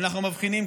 ואנחנו מבחינים,